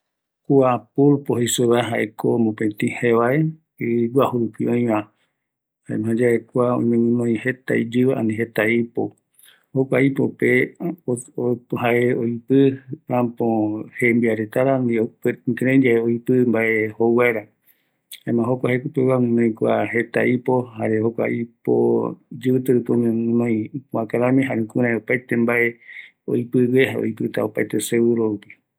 Pulpo jaeko jevae, ɨ guaju rupi öiva, jeta ipo, jokuape jae oipɨ jembia, jare oyeepi vaera, jokua iporupi oime guinoi jeta ïpoaka raɨ raɨ, oipɨ vaera jembia reta